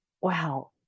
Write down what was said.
wow